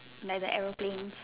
like the aeroplanes